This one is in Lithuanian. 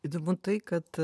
įdomu tai kad